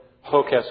hocus